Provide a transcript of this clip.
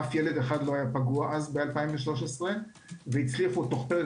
אף ילד לא היה פגוע ב-2013 והצליחו תוך פרק